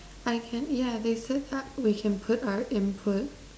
I can yeah they said uh we can put our input